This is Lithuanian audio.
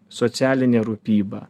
socialinė rūpyba